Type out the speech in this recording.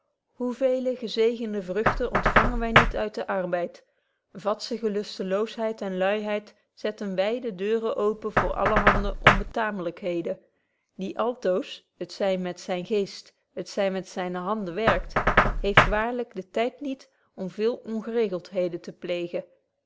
veele gezegende vrugten ontfangen wy niet uit den arbeid vadzige lustebetje wolff proeve over de opvoeding loosheid en luiheid zetten wyde deuren open voor allerhande onbetaamlykheden die altoos het zy met zynen geest het zy met zyne handen werkt heeft waarlyk de tyd niet om veel ongeregeltheden te pleegen